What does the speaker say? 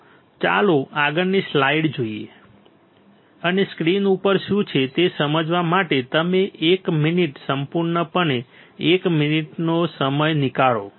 તો ચાલો આગળની સ્લાઇડ જોઈએ અને સ્ક્રીન ઉપર શું છે તે સમજવા માટે તમે એક મિનિટ સંપૂર્ણપણે એક મિનિટનો સમય નિકાળો